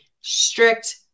strict